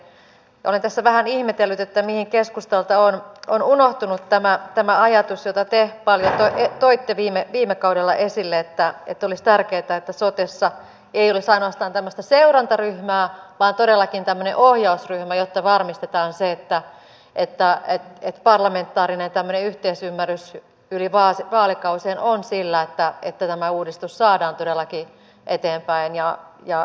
olen tässä vähän ihmetellyt mihin keskustalta on unohtunut tämä ajatus jota te paljon toitte viime kaudella esille että olisi tärkeätä että sotessa ei olisi ainoastaan tämmöistä seurantaryhmää vaan todellakin tämmöinen ohjausryhmä jotta varmistetaan se että parlamentaarinen yhteisymmärrys yli vaalikausien on sillä että tämä uudistus saadaan todellakin eteenpäin ja maaliin